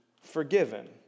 forgiven